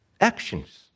actions